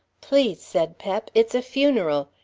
please, said pep, it's a funeral.